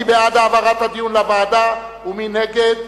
מי בעד העברת הדיון לוועדה ומי נגד?